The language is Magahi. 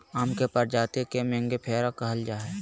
आम के प्रजाति के मेंगीफेरा कहल जाय हइ